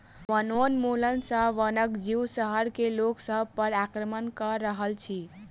वनोन्मूलन सॅ वनक जीव शहर में लोक सभ पर आक्रमण कअ रहल अछि